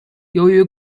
由于